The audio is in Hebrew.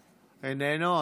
איננו.